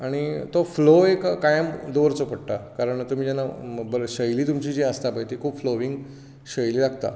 आनी तो फ्लो एक कायम दवरचो पडटा कारण तुमी जेन्ना बरे शैली तुमची जी आसता पळय ती खूब फ्लोइंग शैली लागता